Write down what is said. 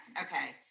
Okay